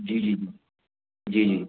जी जी जी जी